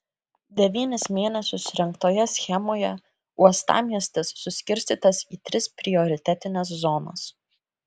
devynis mėnesius rengtoje schemoje uostamiestis suskirstytas į tris prioritetines zonas